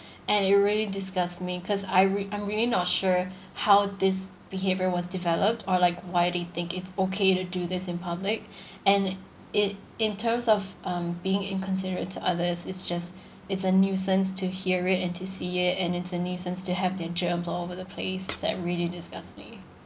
and it really disgusts me cause I re~ I'm really not sure how this behaviour was developed or like why they think it's okay to do this in public and it in terms of um being inconsiderate to others it's just it's a nuisance to hear it and to see it and it's a nuisance to have their germs all over the place that really disgust me